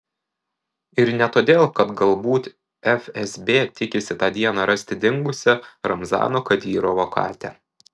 ir ne todėl kad galbūt fsb tikisi tą dieną rasti dingusią ramzano kadyrovo katę